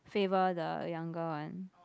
favor the younger one